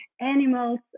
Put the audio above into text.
Animals